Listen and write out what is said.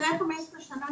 כמות המים